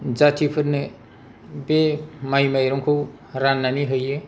जाथिफोरनो बे माइ माइरंखौ राननानै होयो